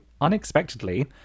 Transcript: unexpectedly